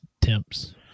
temps